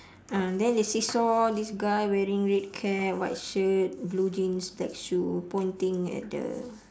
ah then she saw this guy wearing red cap white shirt blue jeans black shoe pointing at the